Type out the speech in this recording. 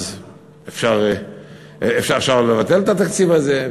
אז אפשר לבטל את התקציב הזה.